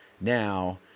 now